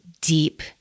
deep